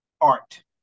art